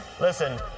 Listen